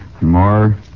more